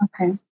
Okay